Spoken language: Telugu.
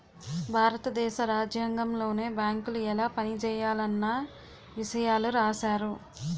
భారత దేశ రాజ్యాంగంలోనే బేంకులు ఎలా పనిజేయాలన్న ఇసయాలు రాశారు